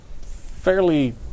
fairly